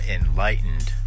enlightened